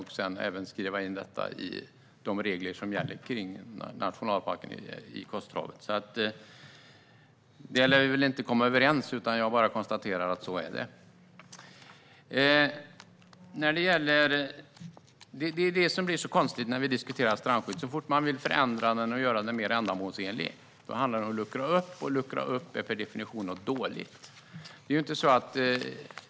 Sedan skulle detta även skrivas in i de regler som gäller för nationalparken i Kosterhavet. Vi lär väl inte komma överens i fråga om detta, men jag konstaterar bara att det är så. Det blir alltid så konstigt när vi diskuterar strandskydd. Så fort man vill förändra det och göra det mer ändamålsenligt sägs det att det handlar om att luckra upp det. Och att luckra upp är per definition något dåligt.